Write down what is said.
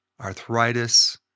arthritis